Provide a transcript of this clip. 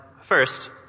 first